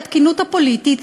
התקינות הפוליטית,